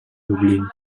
dublín